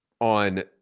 on